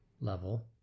level